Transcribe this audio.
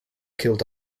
killed